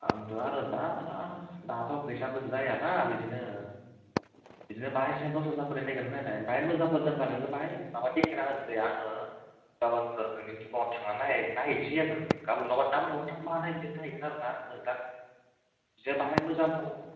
आंथ' आरो दा दाथ' फैसाबो जाया ना बिदिनो बिदिनो बाहाय दस हाजारफोरनि नायगिरना होनाय बाहाय मोजांफोर दंबा नोंनो बाहाय माबा देखायना होदो दे आङो गाबोनफोर नोंनि दखानाव थांनानै नायहैनोसै आङो गाबोन नङाबा दा मोनायावबो थांनोबो हानाय बिदिनो नायहैगोन आरोना आङो जों बाहाय मोजांफोर